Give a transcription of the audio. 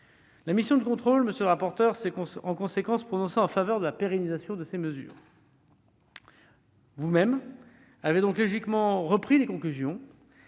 La mission de contrôle, monsieur le rapporteur, s'est en conséquence prononcée en faveur de la pérennisation de ces mesures. Vous-même avez donc logiquement repris les conclusions